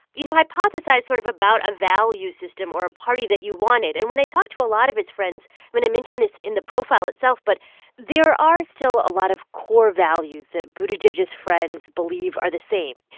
you know, hypothesize sort of about a value system or a party that you wanted and when i talked to a lot of his friends i mean, i mentioned this in the profile itself but there are still a lot of core values that buttigieg's friends believe are the same.